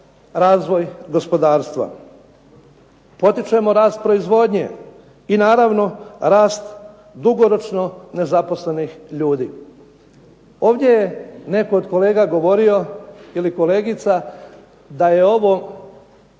razvoj gospodarstva, potičemo rast proizvodnje i naravno rast dugoročno nezaposlenih ljudi. Ovdje je netko od kolega govorio ili kolegica, da je ovo